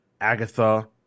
Agatha